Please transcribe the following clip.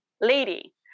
lady